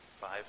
Five